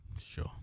Sure